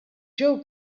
ġew